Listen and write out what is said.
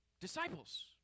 Disciples